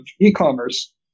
e-commerce